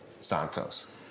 Santos